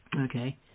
Okay